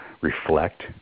reflect